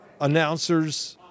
announcers